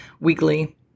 weekly